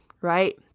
right